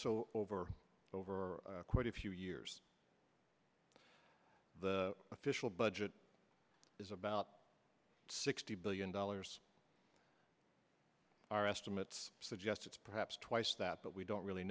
so over over quite a few years the official budget is about sixty billion dollars our estimates suggest it's perhaps twice that but we don't really